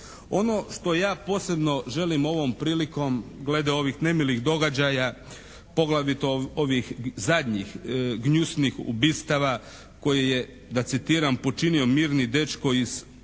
Ono što ja posebno želim ovom prilikom glede ovih nemilih događaja, poglavito ovih zadnjih gnjusnih ubistava koje je da citiram: "…počinio mirni dečko iz Kolinovaca"